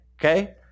Okay